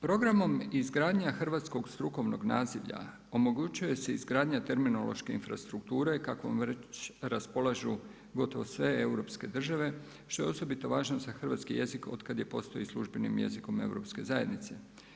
Programom izgradnja hrvatskog strukovnog nazivlja omogućuje se izgradnja terminološke infrastrukture kakvom već raspolažu gotovo sve europske države što je osobito važno za hrvatski jezik otkada je postao i službenim jezikom Europske zajednice.